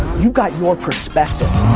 you got your perspective.